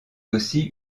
aussi